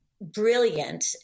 brilliant